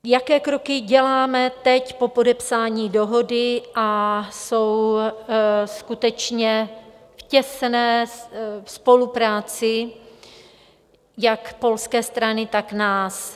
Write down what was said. Jaké kroky děláme teď po podepsání dohody a jsou skutečně v těsné spolupráci jak polské strany, tak nás?